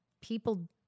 people